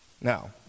Now